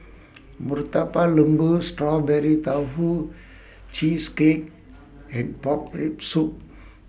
Murtabak Lembu Strawberry Tofu Cheesecake and Pork Rib Soup